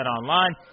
Online